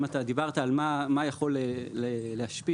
אם דיברת על מה יכול להשפיע.